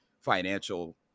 financial